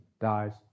dies